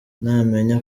namenye